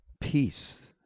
peace